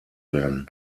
werden